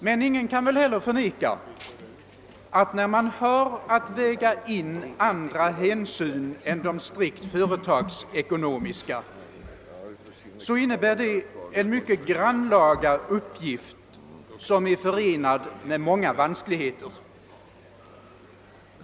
Men ingen kan väl heller förneka att när man har att väga in andra hänsyn än de strikt företagsekonomiska, innebär det en mycket grannlaga uppgift, som är förenad med många vanskligheter.